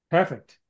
Perfect